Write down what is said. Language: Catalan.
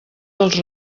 dels